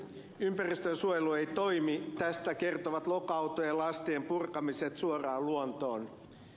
ympäristönsuojelu ei toimi tästä kertovat loka autojen lastien purkamiset suoraan luontoon